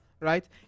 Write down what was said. right